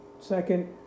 second